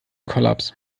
kollaps